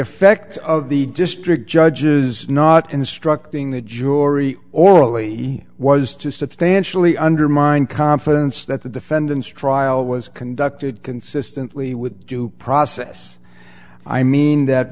effects of the district judges not instructing the jury orally he was to substantially undermine confidence that the defendants trial was conducted consistently with due process i mean that